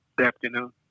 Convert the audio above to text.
Afternoon